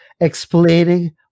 explaining